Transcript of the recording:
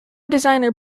designer